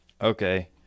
okay